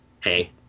hey